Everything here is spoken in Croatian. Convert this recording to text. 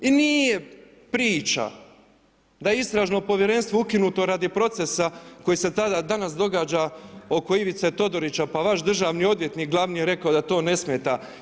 I nije priča da istražno povjerenstvo je ukinuto radi procesa koji se danas događa oko Ivice Todorića, pa vaš državni odvjetnik glavni je rekao da to ne smeta.